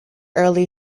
early